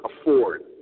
afford